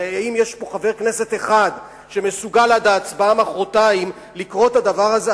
הרי אם יש פה חבר כנסת אחד שמסוגל עד ההצבעה מחרתיים לקרוא את הדבר הזה,